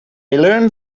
learned